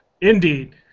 Indeed